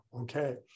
okay